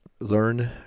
learn